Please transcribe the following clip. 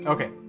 Okay